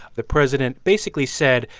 the president basically said,